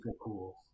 cool